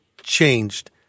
changed